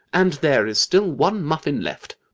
and there is still one muffin left.